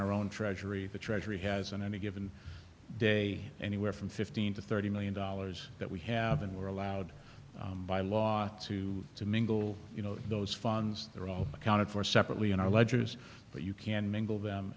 our own treasury the treasury has in any given day anywhere from fifteen to thirty million dollars that we have and were allowed by law to to mingle you know those funds they're all accounted for separately in our ledgers but you can mingle them